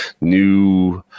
new